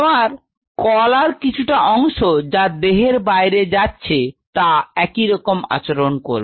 আমার কলার কিছুটা অংশ যা দেহের বাইরে যাচ্ছে তা একইরকম আচরণ করবে